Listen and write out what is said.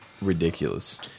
ridiculous